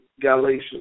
Galatians